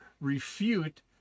refute